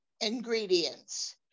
ingredients